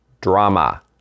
drama